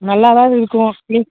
நல்லா தான் இருக்கும்